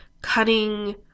cutting